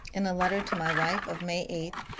in a letter to my wife of may eight,